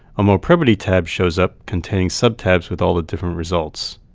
a molprobity tab shows up, containing subtabs with all the different results.